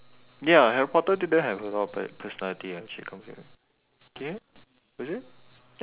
ya Harry-Potter didn't have a lot of personalities actually comes in a did you is it